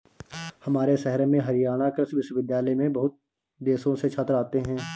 हमारे शहर में हरियाणा कृषि विश्वविद्यालय में बहुत देशों से छात्र आते हैं